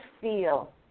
feel